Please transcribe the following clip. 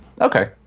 Okay